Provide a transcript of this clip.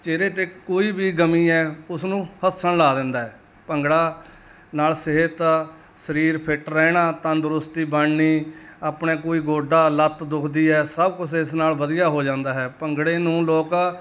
ਚਿਹਰੇ 'ਤੇ ਕੋਈ ਵੀ ਗਮ ਹੈ ਉਸ ਨੂੰ ਹੱਸਣ ਲਾ ਦਿੰਦਾ ਹੈ ਭੰਗੜਾ ਨਾਲ ਸਿਹਤ ਸਰੀਰ ਫਿਟ ਰਹਿਣਾ ਤੰਦਰੁਸਤੀ ਬਣਨੀ ਆਪਣੇ ਕੋਈ ਗੋਡਾ ਲੱਤ ਦੁਖਦੀ ਹੈ ਸਭ ਕੁਛ ਇਸ ਨਾਲ ਵਧੀਆ ਹੋ ਜਾਂਦਾ ਹੈ ਭੰਗੜੇ ਨੂੰ ਲੋਕ